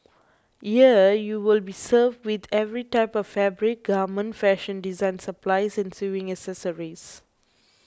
here you will be served with every type of fabric garment fashion design supplies and sewing accessories